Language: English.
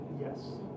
Yes